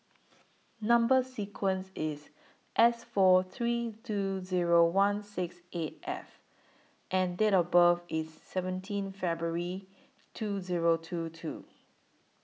Number sequence IS S four three two Zero one six eight F and Date of birth IS seventeen February two Zero two two